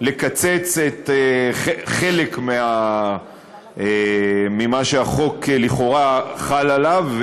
לקצץ חלק ממה שהחוק לכאורה חל עליו,